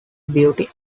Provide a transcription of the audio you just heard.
beauty